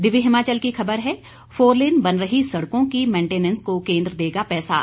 दिव्य हिमाचल की ख़बर है फोरलेन बन रही सड़कों की मेंटेनेंस को केंद्र देगा पैसा